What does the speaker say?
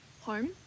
home